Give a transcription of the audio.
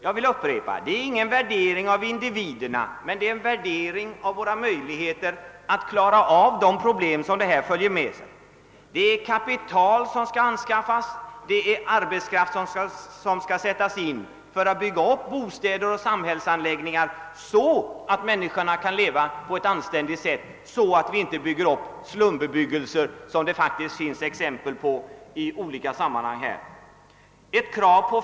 Jag vill upprepa att det rör sig inte om någon värdering av individerna utan om en värdering av våra möjligheter att klara de problem som uppstår. Kapital skall anskaffas och arbetskraft skall sättas in för att bygga bostäder och andra samhällsanläggningar, så att människorna kan leva på ett anständigt sätt och så att det inte uppstår någon slumbebyggelse. Det finns ansatser till en sådan utveckling.